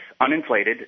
uninflated